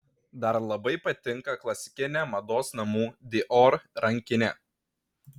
dar labai patinka klasikinė mados namų dior rankinė